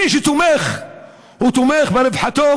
מי שתומך תומך ברווחתו